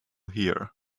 here